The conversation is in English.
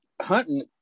hunting